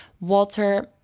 Walter